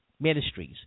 Ministries